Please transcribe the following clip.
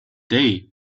day